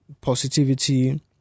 Positivity